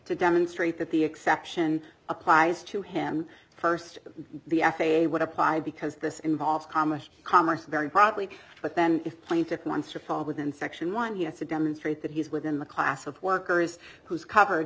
to demonstrate that the exception applies to him first the f a a would apply because this involves common commerce very probably but then if plaintiff wants to fall within section one he has to demonstrate that he's within the class of workers who's covered